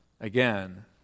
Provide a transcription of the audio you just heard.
again